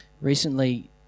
Recently